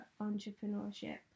entrepreneurship